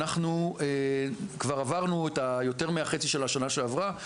אנחנו כבר עברנו את יותר מהחצי של השנה שעברה,